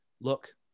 look